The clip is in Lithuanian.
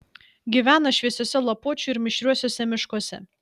gyvena šviesiuose lapuočių ir mišriuosiuose miškuose